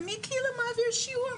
ומי כאילו מעביר שיעור,